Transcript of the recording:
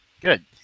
Good